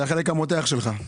זה החלק המותח שלך.